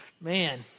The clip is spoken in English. man